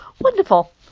wonderful